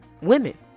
women